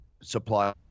supply